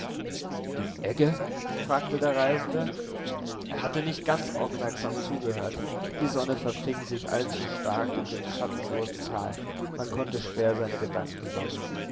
die egge fragte der reisende er hatte nicht ganz aufmerksam zugehört die sonne verfing sich allzu stark in dem schattenlosen tal man konnte schwer seine gedanken sammeln